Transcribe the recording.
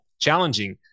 challenging